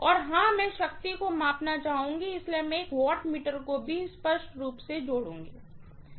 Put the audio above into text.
और हां मैं शक्ति को मापना चाहूंगी इसलिए मैं एक वाटमीटर को भी स्पष्ट रूप से जोड़ूँगी